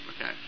okay